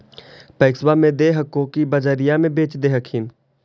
पैक्सबा मे दे हको की बजरिये मे बेच दे हखिन?